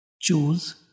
choose